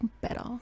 better